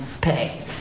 pay